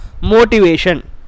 motivation